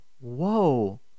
Whoa